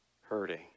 hurting